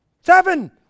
seven